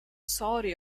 saudi